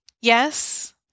yes